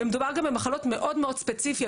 ומדובר במחלות מאוד ספציפיות.